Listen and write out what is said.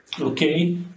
Okay